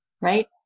right